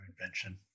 invention